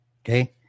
Okay